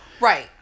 Right